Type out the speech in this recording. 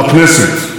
המוסד,